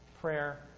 prayer